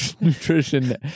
nutrition